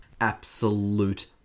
Absolute